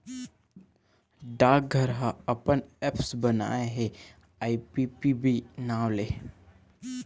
डाकघर ह अपन ऐप्स बनाए हे आई.पी.पी.बी नांव ले